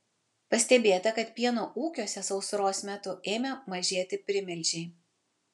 pastebėta kad pieno ūkiuose sausros metu ėmė mažėti primilžiai